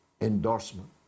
endorsement